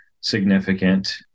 significant